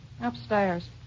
Upstairs